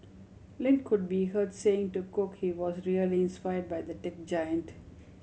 Lin could be heard saying to Cook he was really inspired by the tech giant